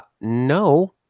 no